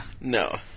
No